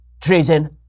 treason